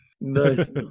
nice